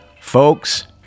Folks